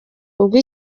ubwo